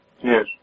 Yes